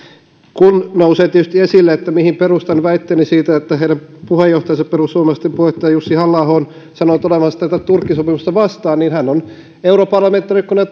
kun nousee tietysti esille mihin perustan väitteeni siitä että heidän puheenjohtajansa perussuomalaisten puheenjohtaja jussi halla aho on sanonut olevansa tätä turkki sopimusta vastaan niin hän on jo europarlamentaarikkona